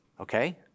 Okay